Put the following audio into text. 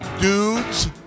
Dudes